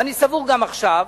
ואני סבור גם עכשיו,